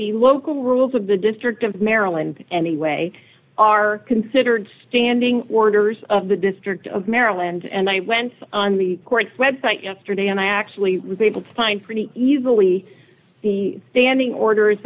the local rules of the district of maryland anyway are considered standing orders of the district of maryland and i went on the court web site yesterday and i actually was able to find pretty easily the standing orders